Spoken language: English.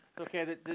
Okay